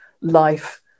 life